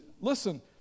listen